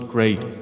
Great